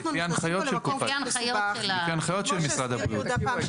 לפי הנחיות של --- לפי הנחיות של משרד הבריאות.